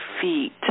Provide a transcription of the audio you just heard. feet